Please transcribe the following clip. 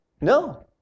No